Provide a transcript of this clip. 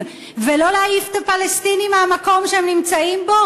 ולא להעיף את הפלסטינים מהמקום שהם נמצאים בו,